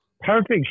Perfect